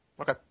Okay